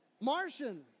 Martian